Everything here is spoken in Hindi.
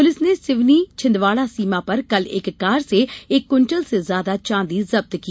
पूलिस ने सिवनी छिंदवाड़ा सीमा पर कल एक कार से एक क्विंटल से ज्यादा चांदी जब्त किया